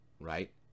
right